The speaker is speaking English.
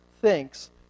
thinks